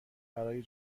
برای